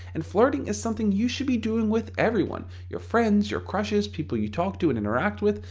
and flirting is something you should be doing with everyone. your friends, your crushes, people you talk to and interact with.